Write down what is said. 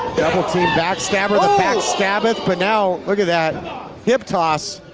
double team back stabber, the back stabbeth, but now look at that hip toss.